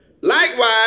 Likewise